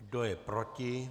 Kdo je proti?